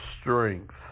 strength